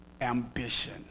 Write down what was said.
ambition